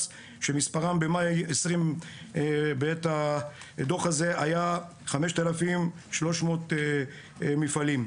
שמספרם במאי 2020 בעת הדוח הזה היה 5300 מפעלים.